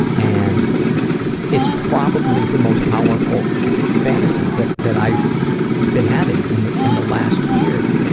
and it's probably the most powerful fantasy that that i've been having in the in the last year.